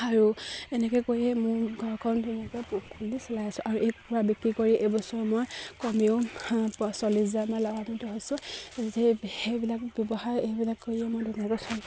আৰু এনেকে কৰিয়ে মোৰ ঘৰখন ধুনীয়াকে চলাই আছোঁ আৰু এই পূৰা বিক্ৰী কৰি এইবছৰ মই কমেও চল্লিছ হাজাৰমান লাভাৱিত আছোঁ সেই সেইবিলাক ব্যৱসায় এইবিলাক কৰিয়ে মই ধুনীয়াকৈ চলি